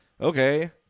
Okay